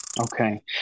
Okay